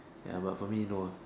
ya but for me no